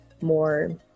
more